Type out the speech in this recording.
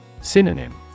Synonym